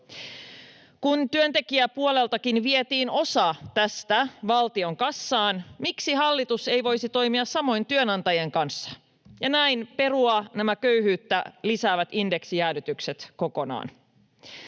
Kun työntekijäpuoleltakin vietiin osa tästä valtion kassaan, miksi hallitus ei voisi toimia samoin työnantajien kanssa ja näin perua nämä köyhyyttä lisäävät indeksijäädytykset kokonaan?